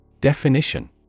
Definition